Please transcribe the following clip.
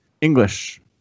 English